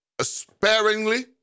sparingly